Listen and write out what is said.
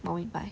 我明白